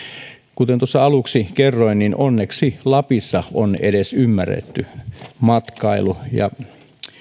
kuten tuossa aluksi kerroin onneksi edes lapissa on ymmärretty matkailun ja